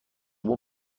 بوم